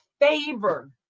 favor